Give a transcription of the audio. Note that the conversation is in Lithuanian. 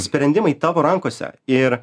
sprendimai tavo rankose ir